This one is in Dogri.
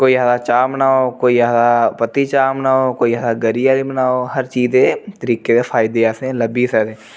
कोई आखदा चाह् बनाओ कोई आखदा पत्ती चाह् बनाओ कोई आखदा गरी आह्ली बनाओ हर चीज़ दे तरीके दे फायदे असेंगी लब्भी सकदे